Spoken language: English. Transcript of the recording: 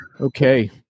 Okay